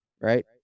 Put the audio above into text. right